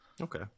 Okay